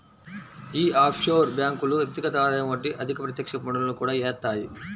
యీ ఆఫ్షోర్ బ్యేంకులు వ్యక్తిగత ఆదాయం వంటి అధిక ప్రత్యక్ష పన్నులను కూడా యేత్తాయి